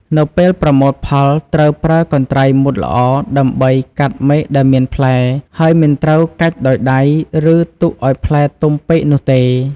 នៅពេលប្រមូលផលត្រូវប្រើកន្ត្រៃមុតល្អដើម្បីកាត់មែកដែលមានផ្លែ ហើយមិនត្រូវកាច់ដោយដៃ ឬទុកឱ្យផ្លែទុំពេកនោះទេ។